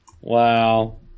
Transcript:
Wow